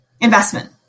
investment